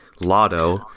Lotto